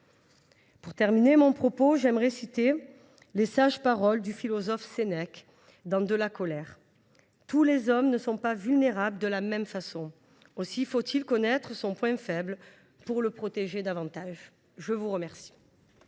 terminer mon propos en citant les sages paroles du philosophe Sénèque dans :« Tous les hommes ne sont pas vulnérables de la même façon ; aussi faut il connaître son point faible pour le protéger davantage. » La parole